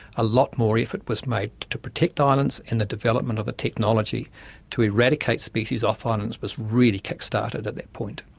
a lot more effort was made to protect islands, and the development of the technology to eradicate species off islands was really kick-started at that point.